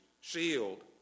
shield